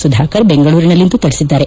ಸುಧಾಕರ್ ಬೆಂಗಳೂರಿನಲ್ಲಿಂದು ತಿಳಿಸಿದ್ದಾರೆ